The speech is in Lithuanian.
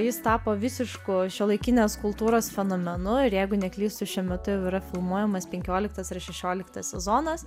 jis tapo visišku šiuolaikinės kultūros fenomenu ir jeigu neklystu šiuo metu jau yra filmuojamas penkioliktas ar šešioliktas sezonas